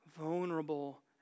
vulnerable